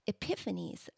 epiphanies